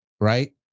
right